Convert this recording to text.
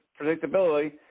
predictability